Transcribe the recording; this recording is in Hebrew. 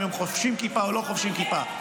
אם הם חובשים כיפה או לא חובשים כיפה.